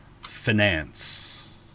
finance